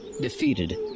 defeated